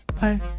Bye